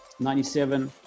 97